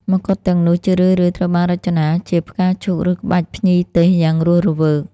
មកុដទាំងនោះជារឿយៗត្រូវបានរចនាជាផ្កាឈូក ឬក្បាច់ភ្ញីទេសយ៉ាងរស់រវើក។